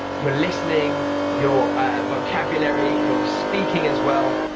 your listening, your vocabulary, your speaking as well.